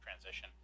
transition